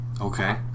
Okay